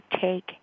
take